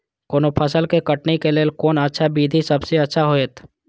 कोनो फसल के कटनी के लेल कोन अच्छा विधि सबसँ अच्छा होयत?